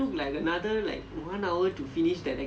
five hundred